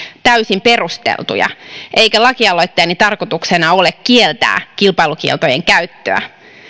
täysin perusteltuja eikä lakialoitteeni tarkoituksena ole kieltää kilpailukieltojen käyttöä